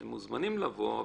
הם מוזמנים לבוא,